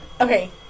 Okay